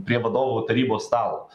prie vadovų tarybos stalo